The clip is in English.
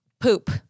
poop